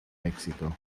mexico